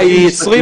האכיפה היא 20%?